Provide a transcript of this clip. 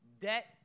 Debt